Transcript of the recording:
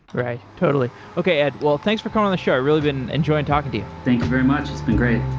right. totally. okay, ed. well, thanks for coming on the show. i really have been enjoying talking to you. think you very much. it's been great.